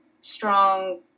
strong